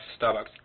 Starbucks